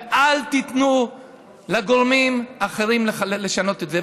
ואל תיתנו לגורמים האחרים לשנות את זה.